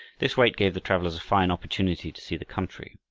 this wait gave the travelers a fine opportunity to see the country.